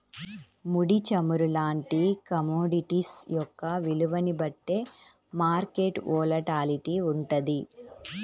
ముడి చమురు లాంటి కమోడిటీస్ యొక్క విలువని బట్టే మార్కెట్ వోలటాలిటీ వుంటది